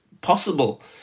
possible